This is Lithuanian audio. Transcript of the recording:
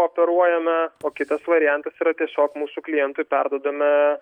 operuojame o kitas variantas yra tiesiog mūsų klientui perduodame